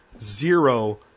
zero